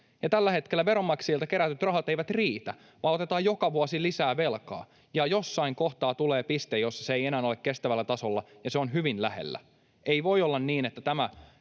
tällä hetkellä veronmaksajilta kerätyt rahat eivät riitä, vaan otetaan joka vuosi lisää velkaa. Jossain kohtaa tulee piste, jossa se ei enää ole kestävällä tasolla, ja se on hyvin lähellä. Ei voi olla niin, että tämä